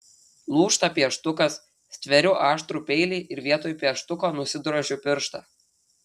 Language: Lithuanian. lūžta pieštukas stveriu aštrų peilį ir vietoj pieštuko nusidrožiu pirštą